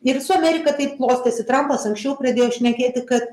ir su amerika taip klostėsi trampas anksčiau pradėjo šnekėti kad